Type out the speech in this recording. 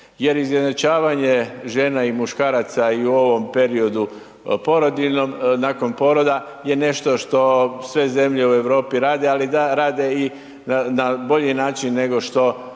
Jer izjednačavanje žena i muškaraca i u ovom periodu porodiljnom nakon poroda je nešto što sve zemlje u Europi rade, ali da, rade i na bolji način nego što